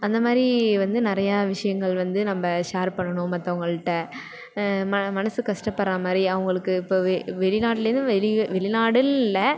அந்தமாதிரி வந்து நிறையா விஷயங்கள் வந்து நம்ம ஷேர் பண்ணணும் மற்றவங்கள்ட ம மனசு கஷ்டப்படுகிறா மாதிரி அவங்களுக்கு இப்போ வெ வெளிநாட்டிலேருந்து வெளி வெளிநாடுன்னு இல்லை